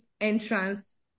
entrance